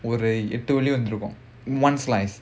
ஒரு எட்டு மணி இருந்துருக்கும்:oru ettu mani irunthurukkum one slice